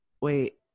wait